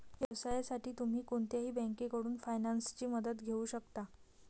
व्यवसायासाठी तुम्ही कोणत्याही बँकेकडून फायनान्सची मदत घेऊ शकता